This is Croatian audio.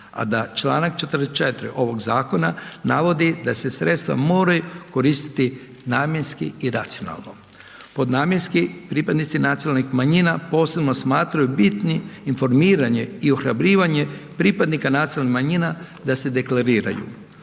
a da čl. 44. ovog zakona navodi da se sredstva moraju koristiti namjenski i racionalno. Pod namjenski pripadnici nacionalnih manjina posebno smatraju bitni informiranje i ohrabrivanje pripadnika nacionalnih manjina da se dekleriraju.